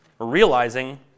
realizing